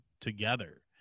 together